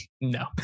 No